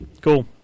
Cool